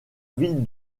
ville